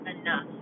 enough